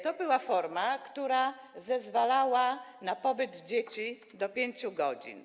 To była forma, która zezwalała na pobyt dzieci do 5 godzin.